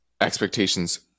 expectations